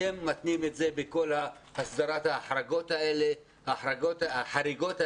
אתם מתנים את זה בכל הסדרת ההחרגות האלה.